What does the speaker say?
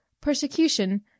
Persecution